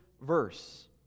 verse